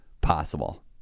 Possible